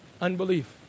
Unbelief